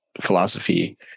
philosophy